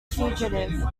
fugitive